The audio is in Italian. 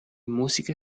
musiche